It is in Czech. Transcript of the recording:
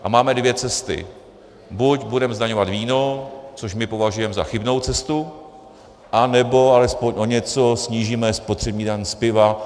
A máme dvě cesty: buď budeme zdaňovat víno, což my považujeme za chybnou cestu, anebo alespoň o něco snížíme spotřební daň z piva.